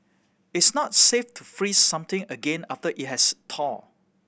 it's not safe to freeze something again after it has thawed